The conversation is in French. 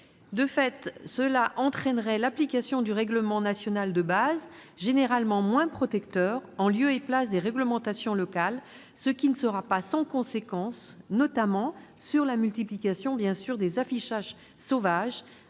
De fait, cela entraînerait l'application du règlement national de base, généralement moins protecteur, en lieu et place des réglementations locales. Cela ne sera pas sans conséquence, notamment sur la multiplication des affichages sauvages,